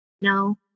no